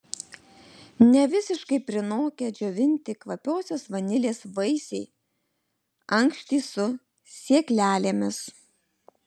nevisiškai prinokę džiovinti kvapiosios vanilės vaisiai ankštys su sėklelėmis